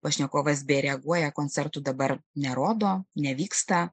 pašnekovas b reaguoja koncertų dabar nerodo nevyksta